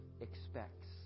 expects